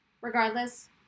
regardless